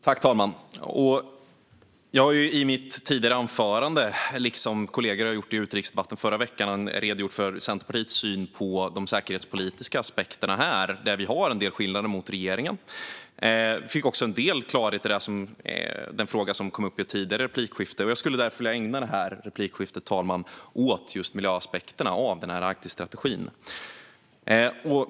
Fru talman! Jag har i mitt tidigare anförande, liksom kollegorna gjorde i utrikesdebatten i förra veckan, redogjort för Centerpartiets syn på de säkerhetspolitiska aspekterna här, där vi har en del skillnader jämfört med regeringen. Jag fick också en del klarhet i den fråga som kom upp i ett tidigare replikskifte, och jag skulle därför vilja ägna detta replikskifte åt just miljöaspekterna av Arktisstrategin.